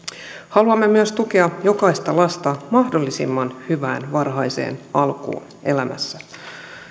haluamme myös tukea jokaista lasta mahdollisimman hyvään varhaiseen alkuun elämässä